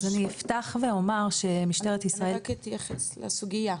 אז אני אפתח ואומר שמשטרת ישראל -- אני רק אתייחס לסוגייה,